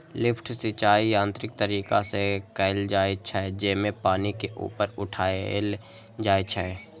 lift सिंचाइ यांत्रिक तरीका से कैल जाइ छै, जेमे पानि के ऊपर उठाएल जाइ छै